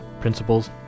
principles